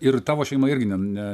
ir tavo šeima irgi ne